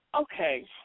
Okay